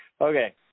Okay